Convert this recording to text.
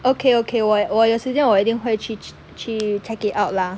okay okay 我我有时间我一定会去去 check it out lah